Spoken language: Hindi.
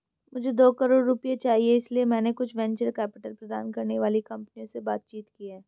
मुझे दो करोड़ रुपए चाहिए इसलिए मैंने कुछ वेंचर कैपिटल प्रदान करने वाली कंपनियों से बातचीत की है